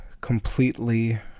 completely